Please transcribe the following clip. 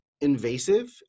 invasive